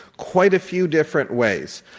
quite a few different ways.